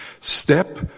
step